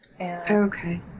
Okay